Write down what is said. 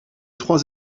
trois